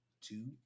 Two